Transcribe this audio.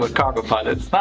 but cargo pilots. not